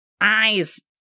eyes